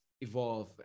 evolve